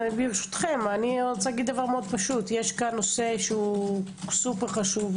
יש פה נושא קריטי,